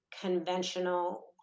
conventional